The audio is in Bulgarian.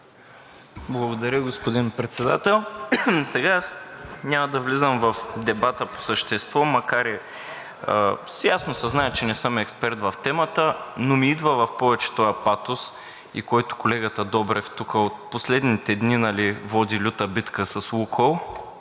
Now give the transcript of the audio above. Благодаря, господин Председател. Сега аз няма да влизам в дебата по същество, макар и с ясното съзнание, че не съм експерт в темата, но ми идва в повече този патос, с който колегата Добрев тук от последните дни води люта битка с „Лукойл“.